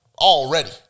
already